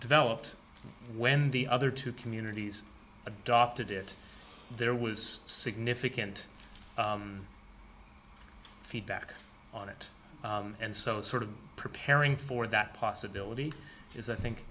developed when the other two communities adopted it there was significant feedback on it and so sort of preparing for that possibility is i think